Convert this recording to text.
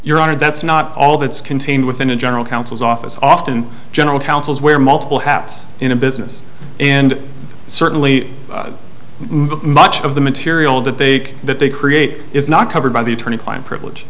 honor that's not all that's contained within a general counsel's office often general counsels where multiple hats in a business and certainly much of the material that they that they create is not covered by the attorney client privilege